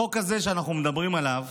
החוק הזה שאנחנו מדברים עליו